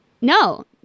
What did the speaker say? no